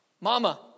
mama